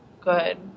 good